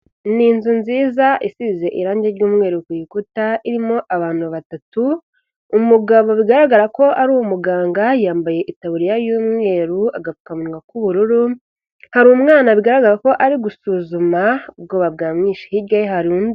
Ni inzu nziza isize irangi ry'umweru ku gikuta, irimo abantu batatu, umugabo bigaragara ko ari umuganga yambaye itaburiya y'umweru, agapfukamunwa k'ubururu, hari umwana bigaragara ko ari gusuzuma, ubwoba bwamwishe, hirya ye hari undi.